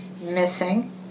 missing